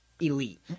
elite